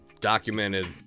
documented